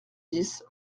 dix